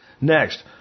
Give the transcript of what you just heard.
Next